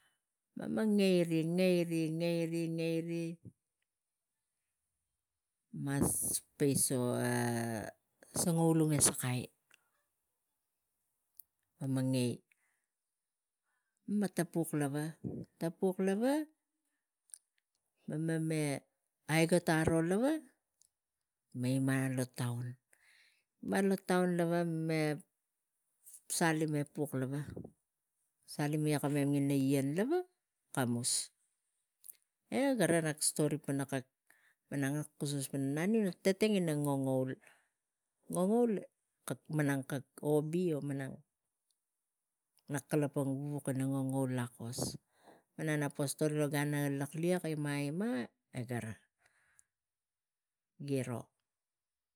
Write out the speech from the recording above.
Mema agaivi poison sanganling ah sakai mema ngai mema tapuk lava, tapuk lava mena meh aigot lava meh inmaneng lo tova lo tova mema meh asoti epuk lava kamem tangina ngien kamus eh gave rak kuskus pana kak malang rak kus pana raviu naga tatengina ngangaul kak malanag ngot rak kalapang buk ina ngang ngangaul lakos melang rak poh kuskus lo gan naga lalik ima ima eh gave, giro.